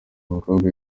mukobwa